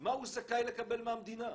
מה הוא זכאי לקבל מהמדינה.